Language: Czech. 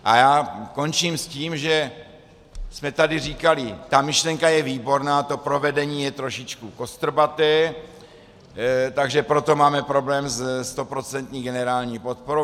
A já končím s tím, že jsme tady říkali: ta myšlenka je výborná, provedení je trošičku kostrbaté, takže proto máme problém se stoprocentní generální podporou.